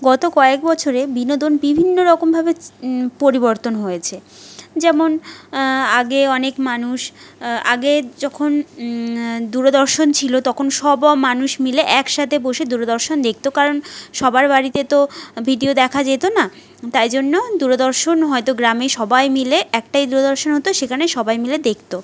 গত কয়েক বছরে বিনোদন বিভিন্নরকমভাবে পরিবর্তন হয়েছে যেমন আগে অনেক মানুষ আগে যখন দূরদর্শন ছিলো তখন সব মানুষ মিলে একসাথে বসে দূরদর্শন দেখতো কারণ সবার বাড়িতে তো ভিডিও দেখা যেতো না তাই জন্য দূরদর্শন হয়তো গ্রামে সবাই মিলে একটাই দূরদর্শন হতো সেখানে সবাই মিলে দেখতো